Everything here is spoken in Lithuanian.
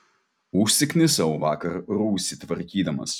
užsiknisau vakar rūsį tvarkydamas